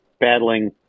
battling